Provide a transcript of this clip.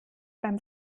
beim